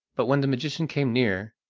but when the magician came near,